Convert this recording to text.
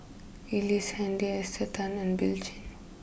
Ellice Handy Esther Tan and Bill Chen